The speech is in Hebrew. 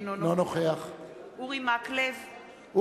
אינו נוכח אורי מקלב,